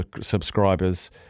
subscribers